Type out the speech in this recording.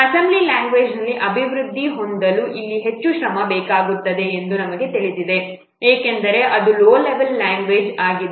assembly language ಅಲ್ಲಿ ಅಭಿವೃದ್ಧಿ ಹೊಂದಲು ಇಲ್ಲಿ ಹೆಚ್ಚು ಶ್ರಮ ಬೇಕಾಗುತ್ತದೆ ಎಂದು ನಮಗೆ ತಿಳಿದಿದೆ ಏಕೆಂದರೆ ಅದು ಲೋ ಲೆವೆಲ್ ಲ್ಯಾಂಗ್ವೇಜ್ ಆಗಿದೆ